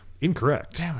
Incorrect